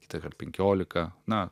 kitąkart penkiolika na